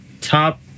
top